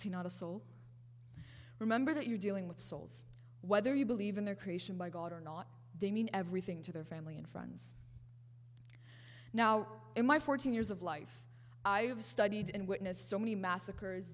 soul remember that you're dealing with souls whether you believe in their creation by god or not they mean everything to their family and friends now in my fourteen years of life i have studied and witnessed so many massacres